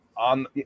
on